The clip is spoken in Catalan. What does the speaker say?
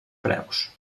preus